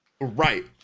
Right